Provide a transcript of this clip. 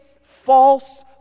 false